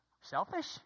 selfish